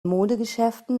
modegeschäften